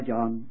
John